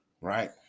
right